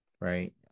right